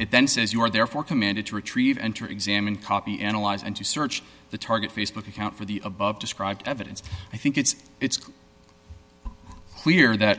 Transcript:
it then says you are therefore commanded to retrieve enter examine copy analyze and to search the target facebook account for the above described evidence i think it's it's clear that